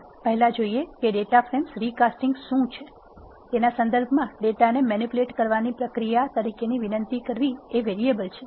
ચાલો પહેલા જોઈએ કે ડેટા ફ્રેમ્સ રિકાસ્ટીંગ એટલે શુ તેના સંદર્ભમાં ડેટાને મેનીપ્યુલેટ કરવાની પ્રક્રિયા તરીકે વિનંતી કરવી એ વેરીએબલ છે